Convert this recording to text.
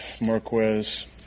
Marquez